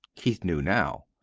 keith knew now.